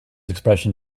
expression